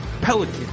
Pelican